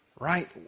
right